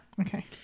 Okay